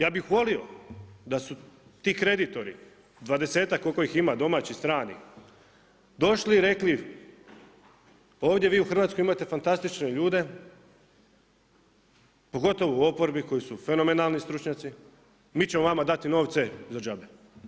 Ja bih volio da su ti kreditori, 20 koliko ih ima domaći strani, došli i rekli, ovdje vi u Hrvatskoj imate fantastične ljude, pogotovo u oporbi koji su fenomenalni stručnjaci, mi ćemo vama dati novce za džabe.